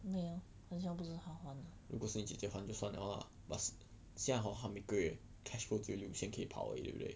没有很像不是他还